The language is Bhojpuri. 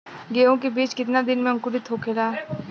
गेहूँ के बिज कितना दिन में अंकुरित होखेला?